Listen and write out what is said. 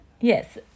Yes